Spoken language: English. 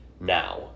now